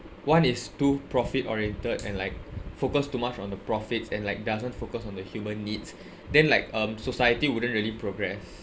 one is too profit oriented and like focus too much on the profits and like doesn't focus on the human needs then like um society wouldn't really progress